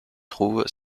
trouve